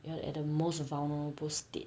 you are at the most vulnerable state